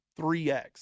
3X